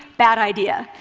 bad idea.